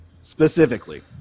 specifically